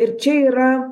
ir čia yra